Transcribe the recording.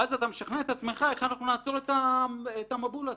ואז אתה משכנע את עצמך שצריך לעצור את המבול הזה.